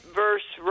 verse